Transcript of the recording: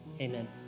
Amen